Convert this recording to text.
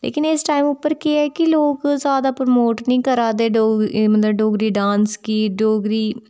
लेकिन इस टाईम पर केह् ऐ कि लोक ज़्यादा प्रमोट नीं करा दे मतलव डोगरी डांस गी डोगरी